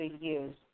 years